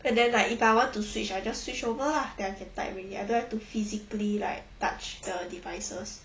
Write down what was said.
and then like if I want to switch I just switch over lah then I can type already I don't have to physically like touch the devices